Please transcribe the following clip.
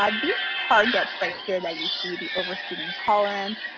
ah these targets right here that you see, the over speeding tolerance,